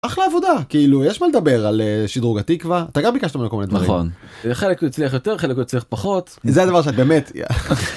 אחלה עבודה כאילו יש מה לדבר על שדרוג התקווה אתה גם ביקשת ממנו כל מיני דברים. חלק הצליח יותר חלק הצליח פחות זה הדבר שאת באמת.